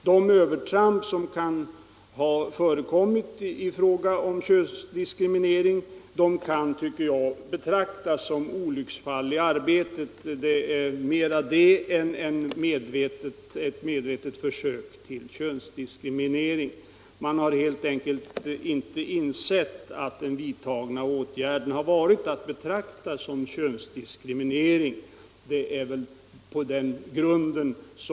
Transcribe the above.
De övertramp som kan ha förekommit i fråga om könsdiskriminering tycker jag kan betraktas som olycksfall i arbetet snarare än som medvetna försök till könsdiskriminering. Man har helt enkelt inte insett att den vidtagna åtgärden har varit att betrakta som könsdiskriminering.